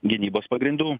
gynybos pagrindų